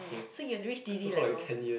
so you have reach D_D level